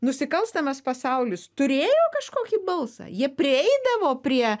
nusikalstamas pasaulis turėjo kažkokį balsą jie prieidavo prie